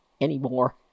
anymore